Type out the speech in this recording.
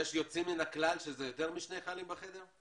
יש יוצאים מן הכלל שזה יותר משני חיילים בחדר?